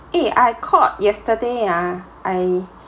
eh I called yesterday ah I